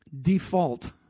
default